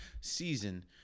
season